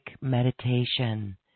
meditation